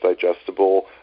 digestible